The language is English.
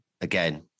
again